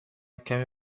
کمی